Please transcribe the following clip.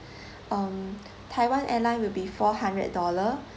um taiwan airline will be four hundred dollar